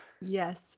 Yes